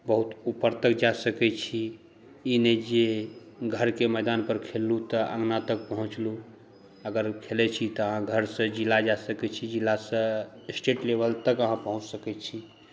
बहुत ऊपर तक जा सकै छी ई नहि जे घरके मैदानपर खेललहुँ तऽ अङ्गना तक पहुँचलहुँ अगर खेलै छी तऽ अहाँ घरसँ जिला जा सकै छी जिलासँ स्टेट लेवल तक अहाँ पहुँच सकै छी